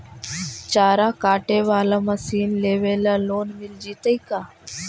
चारा काटे बाला मशीन लेबे ल लोन मिल जितै का?